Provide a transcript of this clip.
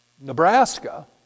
Nebraska